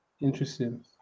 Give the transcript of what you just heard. interesting